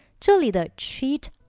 这里的cheat